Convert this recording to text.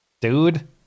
dude